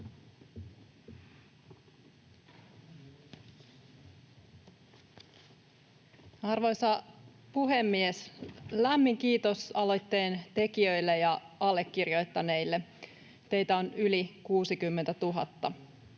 Arvoisa puhemies! Lämmin kiitos aloitteen tekijöille ja allekirjoittaneille. Teitä on yli 60 000.